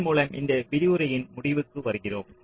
இதன் மூலம் இந்த விரிவுரையின் முடிவுக்கு வருகிறோம்